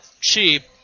cheap